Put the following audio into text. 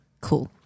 cool